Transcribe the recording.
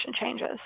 changes